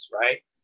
right